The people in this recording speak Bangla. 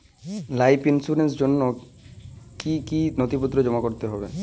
লাইফ ইন্সুরেন্সর জন্য জন্য কি কি নথিপত্র জমা করতে হবে?